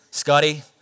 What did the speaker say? Scotty